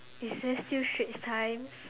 is there still Straits time